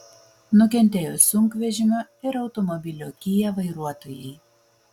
nukentėjo sunkvežimio ir automobilio kia vairuotojai